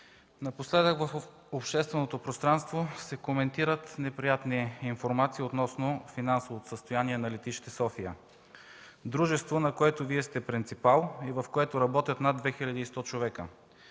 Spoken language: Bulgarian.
Напоследък в общественото пространство се коментират неприятни информации относно финансовото състояние на летище София – дружество, на което Вие сте принципал, и в което работят над 2100 човека.